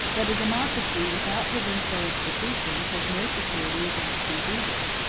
but a democracy without provincial institutions has no security against these evils.